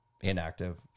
inactive